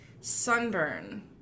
sunburn